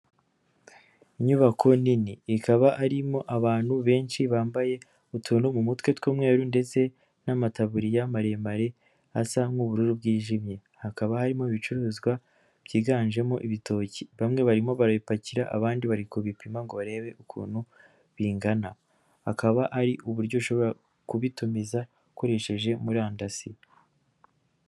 Inyubako nini, ikaba irimo abantu benshi bambaye utuntu mu mutwe tw'umweru, ndetse n'amataburiya maremare asa nk'ubururu bwijimye, hakaba harimo ibicuruzwa byiganjemo ibitoki, bamwe barimo barabipakira, abandi bari kubi bipima ngo barebe ukuntu bingana, hakaba hari uburyo ushobora kubitumiza ukoresheje murandasi.